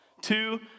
Two